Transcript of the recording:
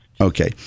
Okay